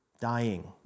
dying